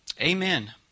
Amen